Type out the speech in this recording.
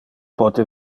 pote